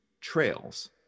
trails